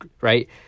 right